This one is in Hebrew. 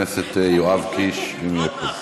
חבר הכנסת יואב קיש, אם יהיה פה.